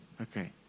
okay